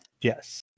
Yes